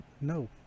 no